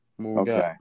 Okay